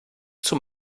zum